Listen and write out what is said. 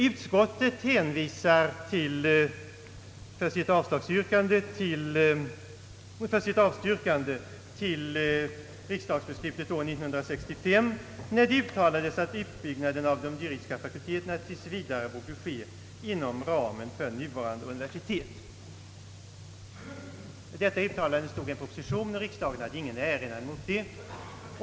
Utskottet hänvisar för sitt avstyrkande till riksdagsbeslutet år 1965, då det uttalades att utbyggnaden av de juridiska fakulteterna tills vidare borde ske inom ramen för nuvarande universitet. Detta uttalande gjordes i en proposition, och riksdagen hade ingen erinran mot det.